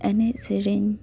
ᱮᱱᱮᱡ ᱥᱮᱨᱮᱧ